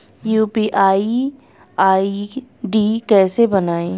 UPI ID कैसे बनाएं?